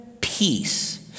peace